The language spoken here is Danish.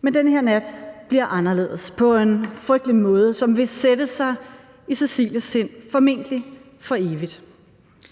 Men den her nat bliver anderledes på en frygtelig måde, som vil sætte sig i Cecilies sind formentlig